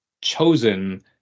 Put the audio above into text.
chosen